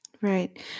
Right